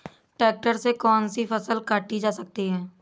Tractor से कौन सी फसल काटी जा सकती हैं?